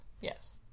yes